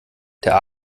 der